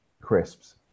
Crisps